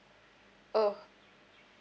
oh